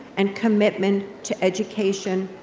and commitment to education,